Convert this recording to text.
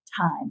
Time